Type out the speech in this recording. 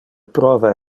prova